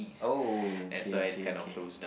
oh okay okay okay